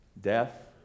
death